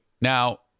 now